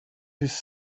his